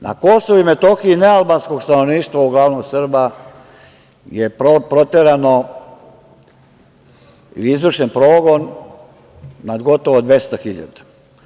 Na KiM nealbanskog stanovništva, uglavnom Srba, je proterano ili izvršen progon nad gotovo 200 hiljada.